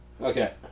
Okay